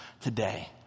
today